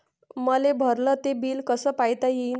मले भरल ते बिल कस पायता येईन?